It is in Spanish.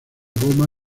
goma